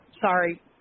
sorry